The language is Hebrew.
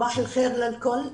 בוקר טוב לכולם.